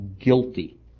guilty